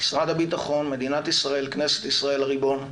משרד הביטחון, מדינת ישראל, כנסת ישראל, הריבון,